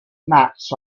maps